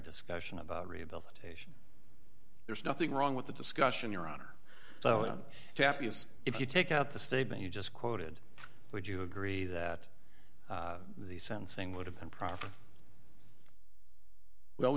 discussion about rehabilitation there's nothing wrong with the discussion your honor so i'm happy as if you take out the statement you just quoted would you agree that the sentencing would have been proper well